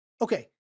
Okay